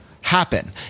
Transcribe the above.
happen